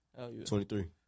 23